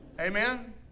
Amen